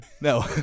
no